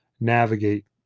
navigate